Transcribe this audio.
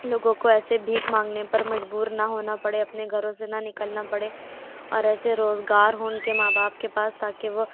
لوگوں کو ایسے بھیک مانگنے پر مجبور نہ ہونا پڑے اپنے گھروں سے نہ نکلنا پڑے اور ایسے روزگار ہوں ان کے ماں باپ کے پاس تاکہ وہ